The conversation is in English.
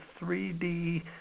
3D